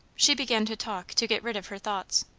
she began to talk to get rid of her thoughts.